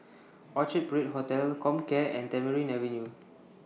Orchard Parade Hotel Comcare and Tamarind Avenue